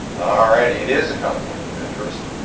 all righty, it is a conflict of interest.